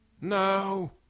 No